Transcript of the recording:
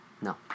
No